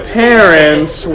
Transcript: parents